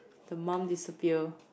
the mum disappear